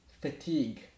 fatigue